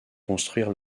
construire